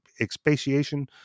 expatiation